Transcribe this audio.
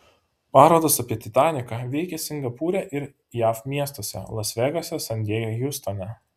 parodos apie titaniką veikia singapūre ir jav miestuose las vegase san diege hjustone